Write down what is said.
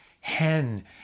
hen